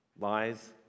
lies